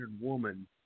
woman